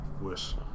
wish